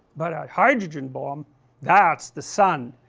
but a hydrogen bomb that's the sun,